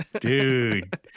Dude